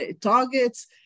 targets